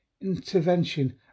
intervention